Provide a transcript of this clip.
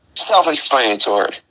self-explanatory